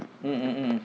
mm mm mm